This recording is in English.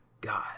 God